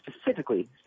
specifically